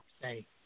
say